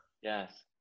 yes